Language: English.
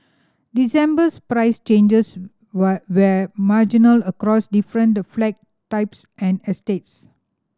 December's price changes were were marginal across different the flat types and estates